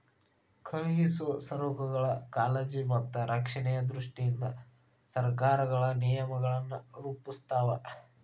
ಕಳುಹಿಸೊ ಸರಕುಗಳ ಕಾಳಜಿ ಮತ್ತ ರಕ್ಷಣೆಯ ದೃಷ್ಟಿಯಿಂದ ಸರಕಾರಗಳು ನಿಯಮಗಳನ್ನ ರೂಪಿಸ್ತಾವ